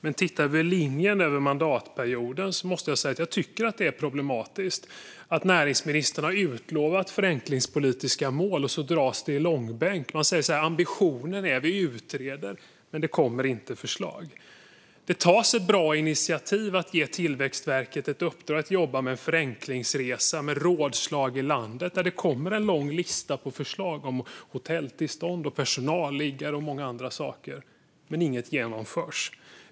Men tittar vi på linjen över mandatperioden måste jag säga att jag tycker att det är problematiskt att näringsministern har utlovat förenklingspolitiska mål men att det dras i långbänk. Man talar om ambitionen och säger att man utreder, men det kommer inte förslag. Det tas bra initiativ: att ge Tillväxtverket ett uppdrag att jobba med förenklingsresa och med rådslag i landet. Och det kommer en lång lista med förslag om hotelltillstånd, personalliggare och många andra saker. Men inget genomförs.